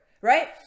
right